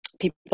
people